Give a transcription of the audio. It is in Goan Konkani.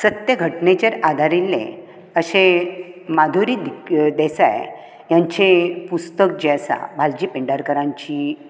सत्य घटनेचेर आदारिल्ले अशें माधुरी दिक देसाय हांचें पुस्तक जें आसा भालजी पिंडारकरांची